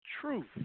truth